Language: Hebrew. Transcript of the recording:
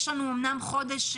יש אמנם חודש,